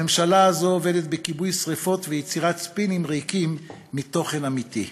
הממשלה הזו עובדת בכיבוי שרפות וביצירת ספינים ריקים מתוכן אמיתי,